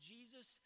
Jesus